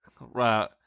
Right